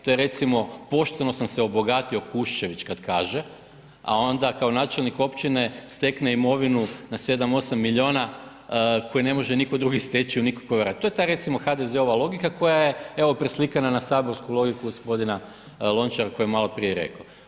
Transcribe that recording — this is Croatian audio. To je recimo pošteno sam se obogatio Kuščević kad kaže, a onda kao načelnik imovine stekne imovinu na 7, 8 miliona koje ne može nitko drugi steći u nikakvom …/nerazumljivo/…, to je ta recimo HDZ-ova logika koja je evo preslikana na saborsku logiku gospodina Lončara koji je maloprije rekao.